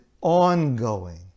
ongoing